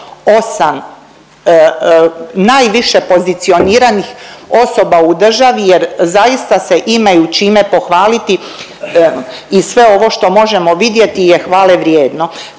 8 najviše pozicioniranih osoba u državi jer zaista se imaju čime pohvaliti i sve ovo što možemo vidjeti je hvale vrijedno.